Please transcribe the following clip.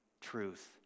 truth